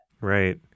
Right